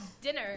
dinner